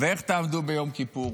איך תעמדו ביום כיפור?